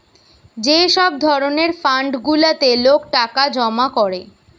যে সব ধরণের ফান্ড গুলাতে লোক টাকা জমা করে